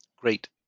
Great